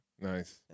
Nice